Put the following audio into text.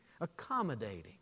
accommodating